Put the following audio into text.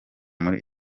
muri